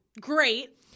Great